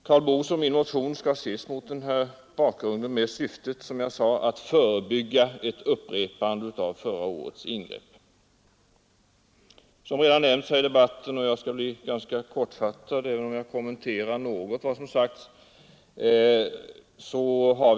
Karl Boos och min motion skall ses mot den här bakgrunden, och den syftar således till att förebygga ett upprepande av förra årets ingrepp. Jag skall fatta mig ganska kort, men jag vill ändå kommentera något av vad som sagts här i debatten.